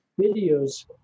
videos